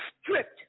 stripped